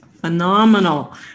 phenomenal